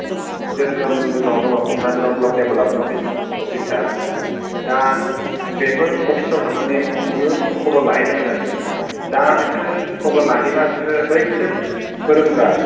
जेरोखोम जोंनाव दङ क'क्राझार आव ब्लक देभलाबमेनथ अफिस अफिसआ दा बेफोर अफिसआव थांनानै नोङो खबर लाहै नांगोन आरखि दा बिसोरो खबर लाहैबा बिसोरो बैसोर फोरोंग्रा